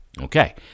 Okay